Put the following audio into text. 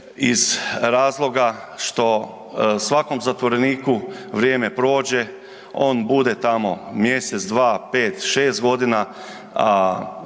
iz razloga što svakom zatvoreniku vrijeme prođe, on bude tamo mjesec, dva, 5, 6, godina,